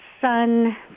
sun